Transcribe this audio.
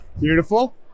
Beautiful